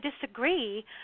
disagree